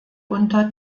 unter